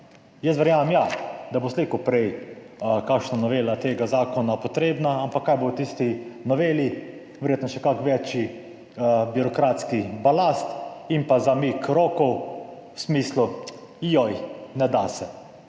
Jaz verjamem, ja, da bo slej ko prej kakšna novela tega zakona potrebna. Ampak kaj bo v tisti noveli? Verjetno še kak večji birokratski balast in pa zamik rokov v smislu, "joj, ne da se",